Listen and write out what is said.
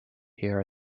here